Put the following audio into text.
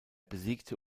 besiegte